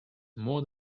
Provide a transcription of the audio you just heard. more